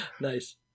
Nice